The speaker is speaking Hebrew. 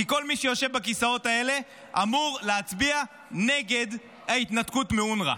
כי כל מי שיושב בכיסאות האלה אמור להצביע נגד ההתנתקות מאונר"א.